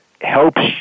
helps